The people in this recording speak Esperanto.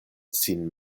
sin